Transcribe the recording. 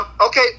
Okay